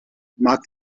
mag